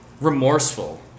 remorseful